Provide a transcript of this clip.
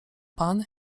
pan